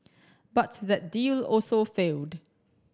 but that deal also failed